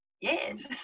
Yes